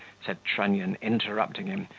said trunnion, interrupting him,